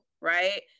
right